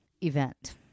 event